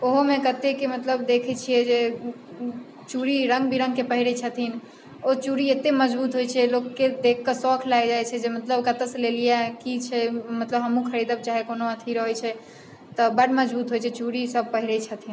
ओहोमे कतेके मतलब देखैत छियै जे चूड़ी रङ्ग विरङ्गके पहिरैत छथिन ओ चूड़ी एते मजबूत होइत छै लोककेँ देखिके शौक लागि जाइत छै जे मतलब कतहुँसंँ लिअ की छै मतलब हमहुँ खरीदब चाहे कओनो अथी रहैत छै तऽ बड मजबूत होइत छै चूड़ी सब पहिरैत छथिन